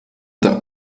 der